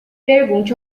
pergunte